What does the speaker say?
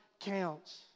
counts